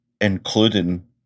including